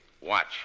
Watch